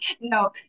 no